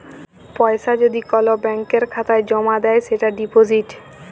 পয়সা যদি কল ব্যাংকের খাতায় জ্যমা দেয় সেটা ডিপজিট